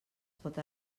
pot